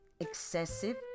excessive